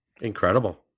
Incredible